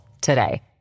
today